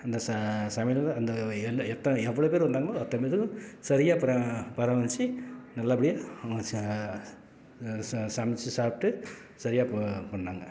அந்த ச சமையலை அந்த எல் எத்தனை எவ்வளோ பேர் வந்தாங்களோ அது அத்தனை பேத்துக்கும் சரியாக பரா பராமரித்து நல்லபடியாக ச ச சமைத்து சாப்பிட்டு சரியாக ப பண்ணிணாங்க